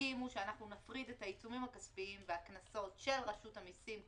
תסכימו שאנחנו נפריד את העיצומים הכספיים והקנסות של רשות המיסים?